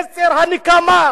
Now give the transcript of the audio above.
זה יצר הנקמה.